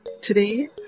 Today